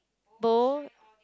bow